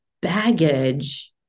baggage